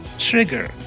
trigger